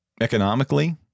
economically